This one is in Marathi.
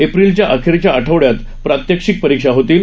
एप्रिलच्या अखेरच्या आठवड्यात प्रात्यक्षिक परीक्षा होतील